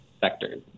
sectors